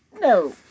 No